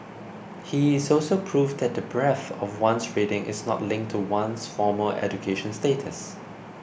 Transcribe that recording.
he is also proof that the breadth of one's reading is not linked to one's formal education status